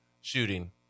shooting